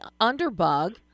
underbug